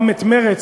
גם את מרצ,